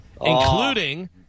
including